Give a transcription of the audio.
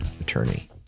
attorney